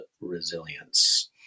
resilience